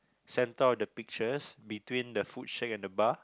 centre of the pictures between the food shack and the bar